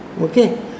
Okay